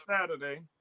saturday